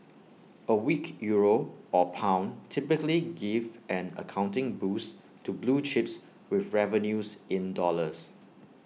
A weak euro or pound typically give an accounting boost to blue chips with revenues in dollars